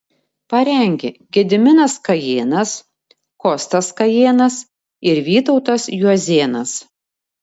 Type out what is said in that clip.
parengė gediminas kajėnas kostas kajėnas ir vytautas juozėnas